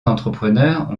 entrepreneurs